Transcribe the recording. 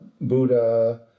Buddha